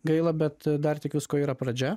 gaila bet dar tik visko yra pradžia